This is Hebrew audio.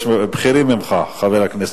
יש בכירים ממך, חבר הכנסת.